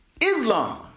Islam